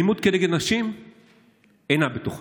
אלימות כנגד נשים אינה בתוכם.